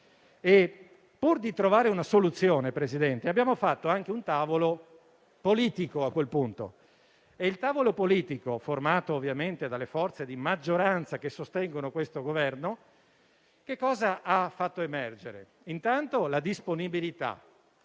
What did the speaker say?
E pur di trovare una soluzione, signor Presidente, a quel punto abbiamo fatto anche un tavolo politico. E il tavolo politico, formato ovviamente dalle forze di maggioranza che sostengono questo Governo, ha fatto emergere, intanto, la disponibilità: